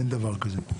אין דבר כזה.